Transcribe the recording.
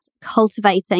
cultivating